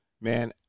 man